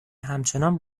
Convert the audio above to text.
همچنان